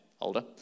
older